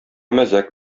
мәзәк